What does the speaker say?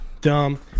dumb